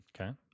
Okay